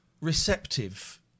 receptive